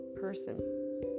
person